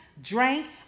drank